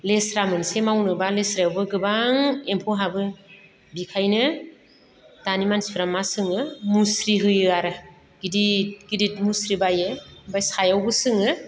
लेस्रा मोनसे मावनोबा लेस्रायावबो गोबां एम्फौ हाबो बेनिखायनो दानि मानसिफ्रा मा सोङो मुस्रि होयो आरो गिदिर गिदिर मुस्रि बायो ओमफ्राय सायावबो सोङो